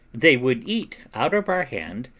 they would eat out of our hand,